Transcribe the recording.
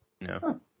No